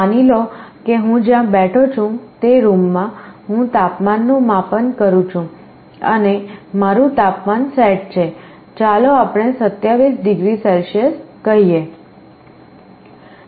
માની લો કે હું જ્યાં બેઠો છું તે રૂમમાં હું તાપમાનનું માપન કરું છું અને મારું તાપમાન સેટ છે ચાલો આપણે 27 ડિગ્રી સેલ્સિયસ કહીએ